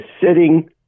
sitting